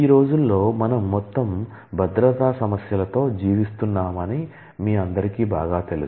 ఈ రోజుల్లో మనం మొత్తం భద్రతా సమస్య లతో జీవిస్తున్నామని మీ అందరికీ బాగా తెలుసు